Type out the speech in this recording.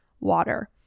Water